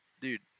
dude